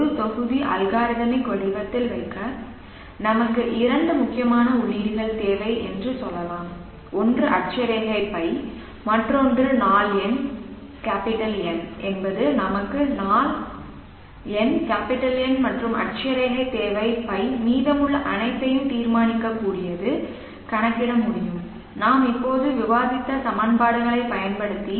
ஒரு தொகுதி அல்காரிதமிக் வடிவத்தில் வைக்க நமக்கு இரண்டு முக்கியமான உள்ளீடுகள் தேவை என்று சொல்லலாம் ஒன்று அட்சரேகை ϕ மற்றொன்று நாள் எண் N என்பது நமக்கு நாள் எண் N மற்றும் அட்சரேகை தேவை ϕ மீதமுள்ள அனைத்தையும் தீர்மானிக்கக்கூடியது கணக்கிட முடியும் நாம் இப்போது விவாதித்த சமன்பாடுகளைப் பயன்படுத்தி